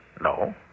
No